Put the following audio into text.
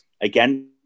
again